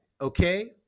okay